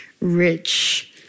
rich